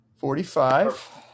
Forty-five